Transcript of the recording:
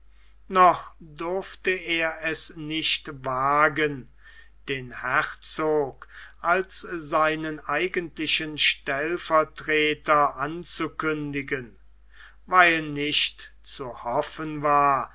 noch durfte er es nicht wagen den herzog als seinen eigentlichen stellvertreter anzukündigen weil nicht zu hoffen war